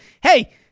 hey